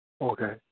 Okay